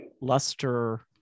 luster